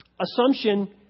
Assumption